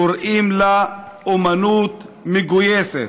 קוראים לה: אומנות מגויסת.